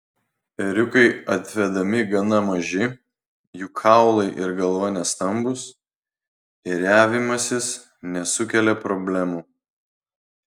ėriukai atvedami gana maži jų kaulai ir galva nestambūs ėriavimasis nesukelia problemų